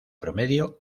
promedio